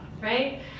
right